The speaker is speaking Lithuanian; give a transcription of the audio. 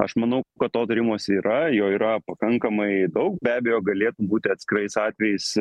aš manau kad to tarimosi yra jo yra pakankamai daug be abejo galėtų būti atskirais atvejais